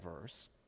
verse